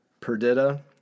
Perdita